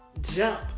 Jump